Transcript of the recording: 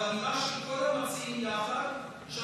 אבל עם אמירה של כל המציעים יחד היא